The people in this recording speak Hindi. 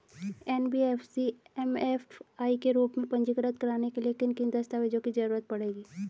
एन.बी.एफ.सी एम.एफ.आई के रूप में पंजीकृत कराने के लिए किन किन दस्तावेजों की जरूरत पड़ेगी?